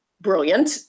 brilliant